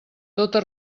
tota